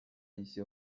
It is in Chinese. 一些